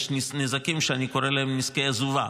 ויש נזקים שאני קורא להם נזקי עזובה.